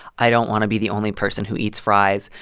i don't want to be the only person who eats fries.